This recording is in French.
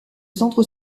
centre